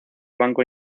banco